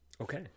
okay